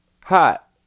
Hot